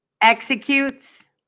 executes